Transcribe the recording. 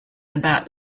about